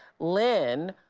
lyn,